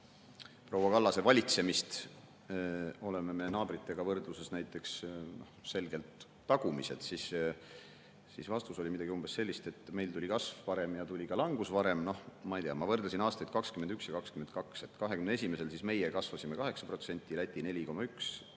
proua Kallase valitsemist oleme me naabritega võrreldes näiteks selgelt tagumised, siis vastus oli midagi umbes sellist, et meil tuli kasv varem ja tuli ka langus varem. Noh, ma ei tea, ma võrdlesin aastaid 2021 ja 2022. Aastal 2021 meie kasvasime 8%, Läti 4,1%,